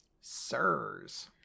Sirs